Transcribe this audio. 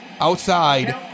Outside